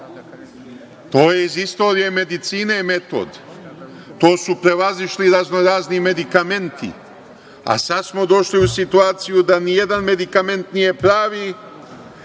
metod iz istorije medicine. To su prevazišli raznorazni medikamenti, a sad smo došli u situaciju da nijedan medikament nije pravi,